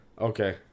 Okay